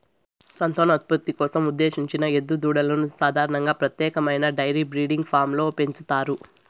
సంతానోత్పత్తి కోసం ఉద్దేశించిన ఎద్దు దూడలను సాధారణంగా ప్రత్యేకమైన డెయిరీ బ్రీడింగ్ ఫామ్లలో పెంచుతారు